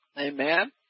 Amen